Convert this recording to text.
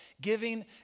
giving